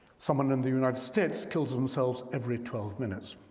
someone in the united states kills themselves every twelve minutes.